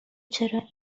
چرا